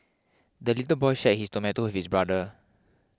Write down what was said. the little boy shared his tomato with his brother